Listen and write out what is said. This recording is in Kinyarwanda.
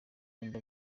w’undi